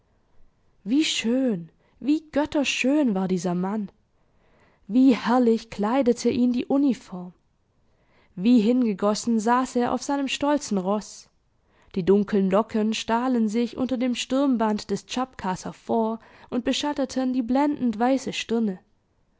wie schön wie götterschön war dieser mann wie herrlich kleidete ihn die uniform wie hingegossen saß er auf seinem stolzen roß die dunkeln locken stahlen sich unter dem sturmband des tschapkas hervor und beschatteten die blendend weiße stirne